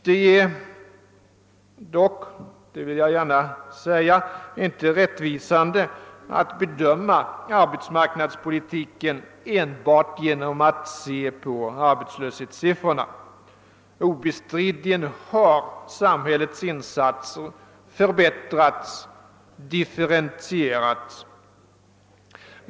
Jag vill dock gärna säga att det inte är rättvisande att bedöma arbetsmarknadspolitiken genom att enbart se på arbetslöshetssiffrorna. Obestridligen har samhällets insatser förbättrats och differentierats.